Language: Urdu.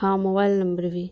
ہاں موبائل نمبر بھی